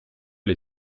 les